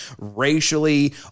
racially